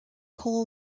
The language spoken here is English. coal